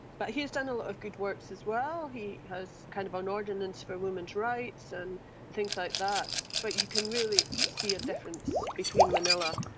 but he has done a lot of good works as well. he has kind of an ordinance for women's rights and things like that. but you can really see a difference between manila.